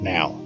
Now